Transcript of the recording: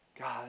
God